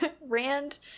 rand